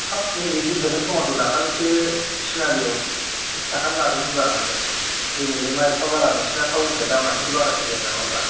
हाब नैबे गिदिरजों समानखौ दाखालिसो थिनालिआव थ्रिस थाखानि लादोंमोनब्रा आङो दिनैलाय मा एफा बारा टाउनखाय नोंसिना दामा एसे बारासिन जायो नामा ब्रा